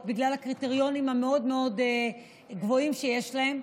בגלל הקריטריונים המאוד מאוד גבוהים שיש להם.